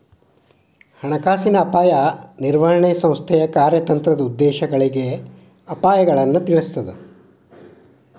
ಹಣಕಾಸಿನ ಅಪಾಯ ನಿರ್ವಹಣೆ ಸಂಸ್ಥೆಯ ಕಾರ್ಯತಂತ್ರದ ಉದ್ದೇಶಗಳಿಗೆ ಅಪಾಯಗಳನ್ನ ತಿಳಿಸ್ತದ